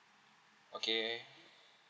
okay